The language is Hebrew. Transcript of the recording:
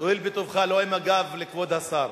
תואיל בטובך, לא עם הגב לכבוד השר.